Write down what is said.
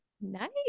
Nice